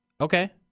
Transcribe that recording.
Okay